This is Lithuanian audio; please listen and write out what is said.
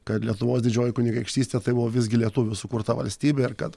kad lietuvos didžioji kunigaikštystė tai buvo visgi lietuvių sukurta valstybė ir kad